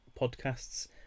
podcasts